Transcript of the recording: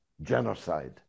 genocide